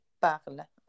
parle